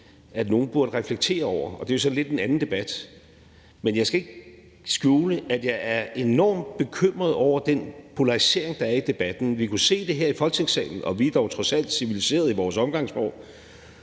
nogle burde reflektere over. Det er så lidt en anden debat. Men jeg skal ikke skjule, at jeg er enormt bekymret over den polarisering, der er i debatten. Vi kunne se det her i Folketingssalen, og vi er dog trods alt civiliserede i vores omgangsform